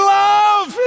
love